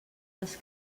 les